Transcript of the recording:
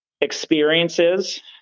experiences